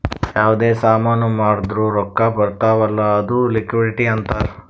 ಯಾವ್ದೇ ಸಾಮಾನ್ ಮಾರ್ದುರ್ ರೊಕ್ಕಾ ಬರ್ತಾವ್ ಅಲ್ಲ ಅದು ಲಿಕ್ವಿಡಿಟಿ ಅಂತಾರ್